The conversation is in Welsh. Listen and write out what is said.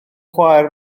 chwaer